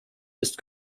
ist